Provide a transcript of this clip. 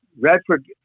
redford